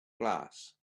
glass